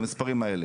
במספרים האלה.